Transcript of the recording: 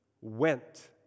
went